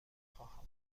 خواهم